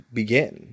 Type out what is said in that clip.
begin